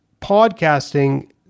podcasting